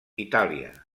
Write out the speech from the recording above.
itàlia